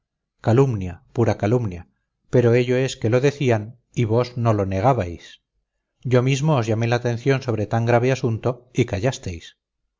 calumnia pura calumnia pero ello es que lo decían y vos no lo negabais yo mismo os llamé la atención sobre tan grave asunto y callasteis